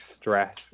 stress